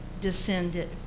descended